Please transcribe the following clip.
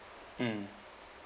mm